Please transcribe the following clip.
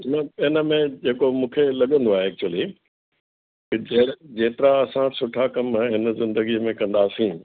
न हिन में जेको मूंखे लॻंदो आहे एक्चुली कंहिं जे जेतिरा असां सुठा कमु हिन ज़िंदगीअ में कंदासीं